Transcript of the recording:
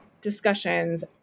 discussions